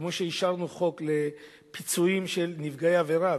כמו שאישרנו חוק לפיצויים של נפגעי עבירה,